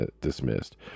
dismissed